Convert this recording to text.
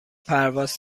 پرواز